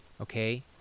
Okay